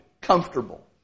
comfortable